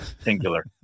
singular